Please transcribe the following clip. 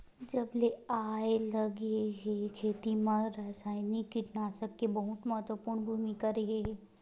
जब से लाए गए हे, खेती मा रासायनिक कीटनाशक के बहुत महत्वपूर्ण भूमिका रहे हे